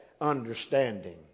understanding